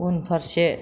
उनफारसे